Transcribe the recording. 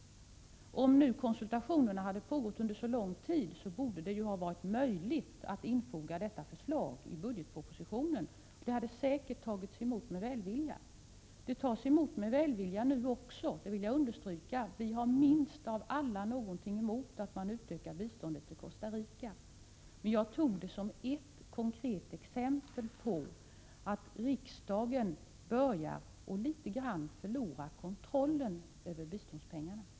Om nu konsultationer hade pågått under så lång tid. borde det ju ha varit möjligt att innefatta detta förslag i budgetpropositionen. Det hade säkert tagits emot med välvilja. Och det tas emot med välvilja nu också, det vill jag understryka. Vi har minst av alla någonting emot att man utökar biståndet till Costa Rica. Men jag tog detta fall som ett konkret exempel på att riksdagen i någon mån börjar förlora kontrollen över biståndspengarna.